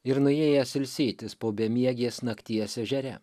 ir nuėjęs ilsėtis po bemiegės nakties ežere